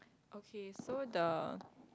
okay so the